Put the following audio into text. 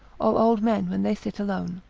or old men when they sit alone,